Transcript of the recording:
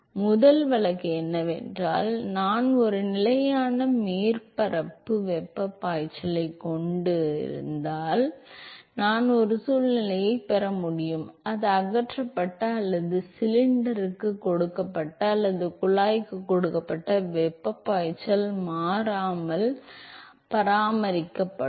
எனவே முதல் வழக்கு என்னவென்றால் நான் ஒரு நிலையான மேற்பரப்பு வெப்பப் பாய்ச்சலைக் கொண்டிருப்பதால் நான் ஒரு சூழ்நிலையைப் பெற முடியும் அது அகற்றப்பட்ட அல்லது சிலிண்டருக்குக் கொடுக்கப்பட்ட அல்லது குழாய்க்கு கொடுக்கப்பட்ட வெப்பப் பாய்ச்சல் மாறாமல் பராமரிக்கப்படும்